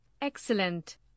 excellent